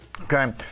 Okay